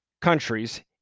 countries